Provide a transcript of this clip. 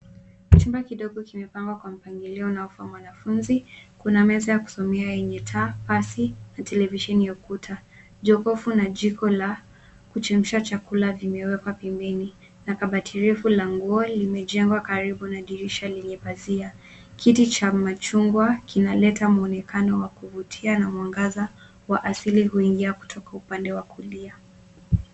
Kachumba kidogo kimepamga kwa mpangilio na wapa mwanafunzi, kuna meze ya kusomea yenye taa, pasi, na televisheni ya ukuta. Jokofu na jiko la kuchemsha chakula vimewekwa pembeni, na kabati refu la nguo limejengwa karibu na dirisha linye bazia. Kiti cha machungwa kinaleta mwonekano wa kuvutia na mwangaza wa asili huingia kutoka upande wa kulia.